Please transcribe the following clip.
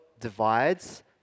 divides